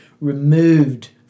removed